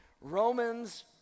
Romans